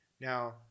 Now